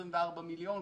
24 מיליון,